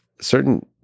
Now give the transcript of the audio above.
certain